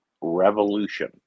Revolution